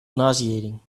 nauseating